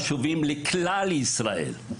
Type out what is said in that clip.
שהם חשובים לכלל ישראל.